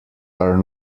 are